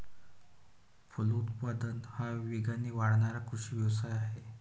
फलोत्पादन हा वेगाने वाढणारा कृषी व्यवसाय आहे